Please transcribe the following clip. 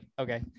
okay